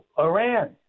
Iran